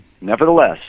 Nevertheless